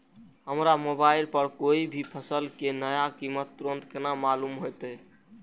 हमरा मोबाइल पर कोई भी फसल के नया कीमत तुरंत केना मालूम होते?